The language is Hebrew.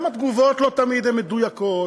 גם התגובות הן לא תמיד מדויקות,